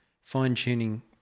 fine-tuning